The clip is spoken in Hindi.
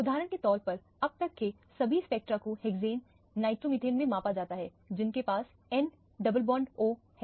उदाहरण के तौर पर अब तक के सभी स्पेक्ट्रा को हेक्सेन नाइट्रोमिथेन में मापा जाता है जिंके पास n डबल बॉन्ड o है